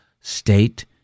state